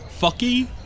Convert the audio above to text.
fucky